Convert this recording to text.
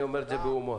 אני אומר את זה בהומור.